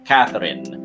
Catherine